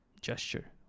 gesture